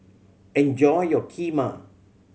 enjoy your Kheema